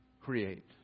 create